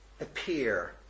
appear